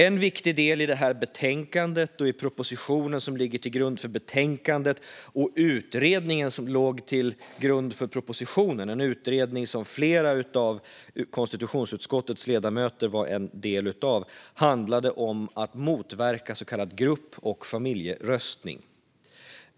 En viktig del i betänkandet, i propositionen som ligger till grund för betänkandet och i utredningen som låg till grund för propositionen - en utredning som flera av konstitutionsutskottets ledamöter var en del av - handlade om att motverka så kallad grupp och familjeröstning.